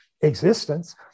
existence